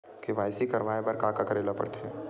KYC करवाय बर का का करे ल पड़थे?